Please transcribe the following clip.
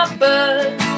bird